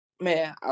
man